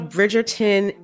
Bridgerton